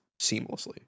Seamlessly